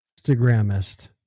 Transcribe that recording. Instagramist